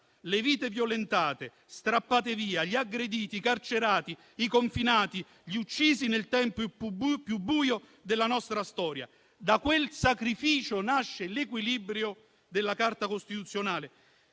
le vite violentate, strappate via, gli aggrediti, i carcerati, i confinati, gli uccisi nel tempo più buio della nostra storia. Da quel sacrificio nasce l'equilibrio della Carta costituzionale,